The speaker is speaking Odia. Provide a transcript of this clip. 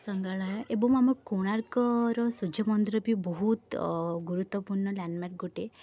ସଂଗ୍ରହାଳୟ ଏବଂ ଆମ କୋଣାର୍କର ସୂର୍ଯ୍ୟମନ୍ଦିର ବି ବହୁତ ଗୁରୁତ୍ୱପୂର୍ଣ୍ଣ ଲ୍ୟାଣ୍ଡମାର୍କ୍ ଗୋଟେ